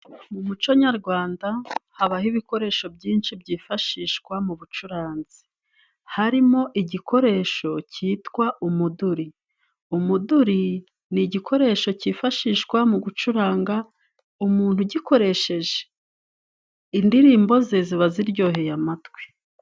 Mu muco nyarwanda habaho ibikoresho byinshi byifashishwa mu bucuranzi, harimo igikoresho cyitwa umuduri. Umuduri ni igikoresho cyifashishwa mu gucuranga, umuntu ugikoresheje indirimbo ze ziba ziryoheye amatwi.